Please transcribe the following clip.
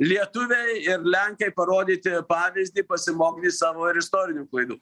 lietuviai ir lenkai parodyti pavyzdį pasimokytė iš savo ir istorinių klaidų